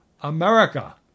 America